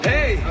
Hey